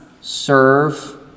serve